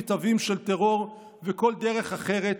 נתעבים של טרור וכל דרך אחרת,